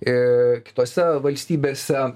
i kitose valstybėse